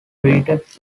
treated